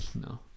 No